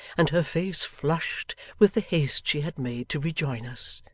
and her face flushed with the haste she had made to rejoin us.